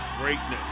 greatness